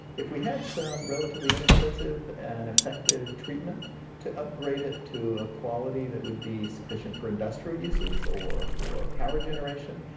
if we had some relatively inexpensive and effective treatment to upgrade it to a quality that would be sufficient for industrial uses, or for power generation,